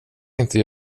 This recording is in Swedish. inte